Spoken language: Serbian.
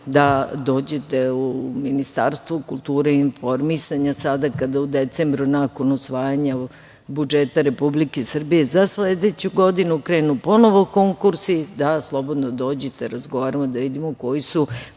da dođete u Ministarstvo kulture i informisanja sada kada u decembru, nakon usvajanja budžeta Republike Srbije za sledeću godinu, krenu ponovo konkursi, da slobodno dođete, da razgovaramo, da vidimo koji su